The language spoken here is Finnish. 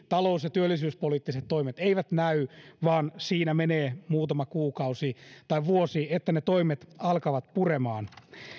talous ja työllisyyspoliittiset toimet eivät heti näy vaan siinä menee muutama kuukausi tai vuosi että ne toimet alkavat puremaan